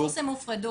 הופרדו,